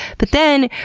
but then,